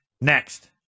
next